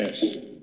Yes